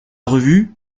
revue